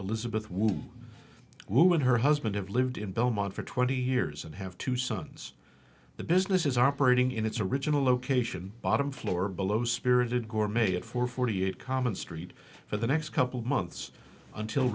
elizabeth wood who and her husband have lived in belmont for twenty years and have two sons the business is operating in its original location bottom floor below spirited gore made it for forty eight common street for the next couple of months until